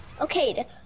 Okay